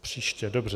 Příště, dobře.